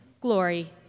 glory